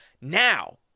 Now